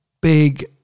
big